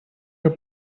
your